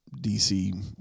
DC